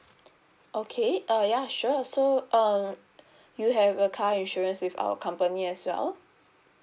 okay uh ya sure so um you have a car insurance with our company as well